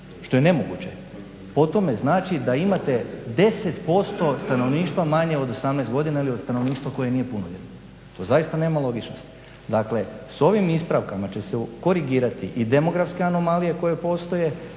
što je nemoguće. Po tome znači da imate 10% stanovništva manje od 18 godina ili od stanovništva koje nije punoljetno. To zaista nema logičnosti. Dakle, s ovim ispravkama će se korigirati i demografske anomalije koje postoje,